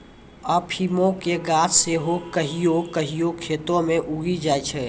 अफीमो के गाछ सेहो कहियो कहियो खेतो मे उगी जाय छै